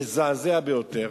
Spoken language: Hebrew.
מזעזע ביותר,